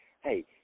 hey